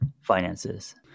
finances